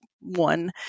one